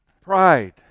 Pride